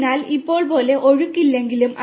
അതിനാൽ ഇപ്പോൾ പോലെ ഒഴുക്ക് ഇല്ലെങ്കിലും